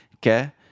que